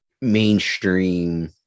mainstream